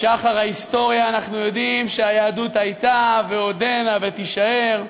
משחר ההיסטוריה אנחנו יודעים שהיהדות הייתה ועודנה ותישאר.